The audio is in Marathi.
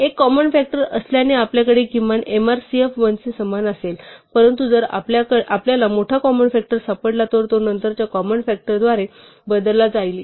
एक कॉमन फ़ॅक्टर असल्याने आपल्याकडे किमान mrcf 1 चे समान असेल परंतु जर आपल्याला मोठा कॉमन फ़ॅक्टर सापडला तर तो नंतरच्या कॉमन फ़ॅक्टरद्वारे बदलला जाईल